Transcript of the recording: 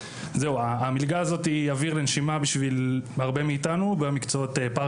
המלגה הזו היא אויר לנשימה בשביל הרבה מאיתנו במקצועות פרא